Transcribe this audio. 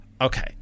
okay